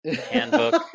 handbook